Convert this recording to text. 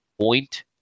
point